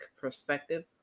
perspective